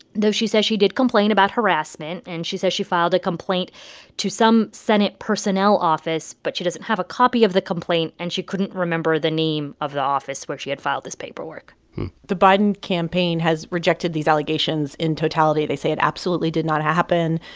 though she says she did complain about harassment. and she says she filed a complaint to some senate personnel office, but she doesn't have a copy of the complaint. and she couldn't remember the name of the office where she had filed this paperwork the biden campaign has rejected these allegations in totality. they say it absolutely did not happen.